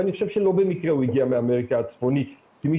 ולא במקרה הוא הגיע מאמריקה הצפונית כי מי